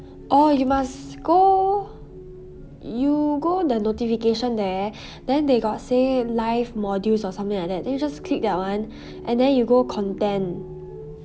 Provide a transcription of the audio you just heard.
orh you must go you go the notification there then they got say live modules or something like that then you just click that [one] and then you just go content